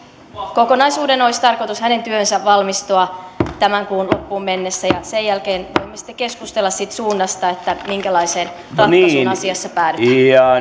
kokonaisuuden hänen työnsä olisi tarkoitus valmistua tämän kuun loppuun mennessä ja sen jälkeen voimme sitten keskustella siitä suunnasta minkälaiseen ratkaisuun asiassa päädytään